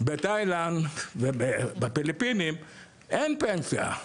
בתאילנד ובפיליפינים אין פנסיה.